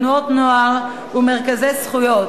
תנועות נוער ומרכזי זכויות,